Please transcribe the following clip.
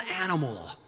animal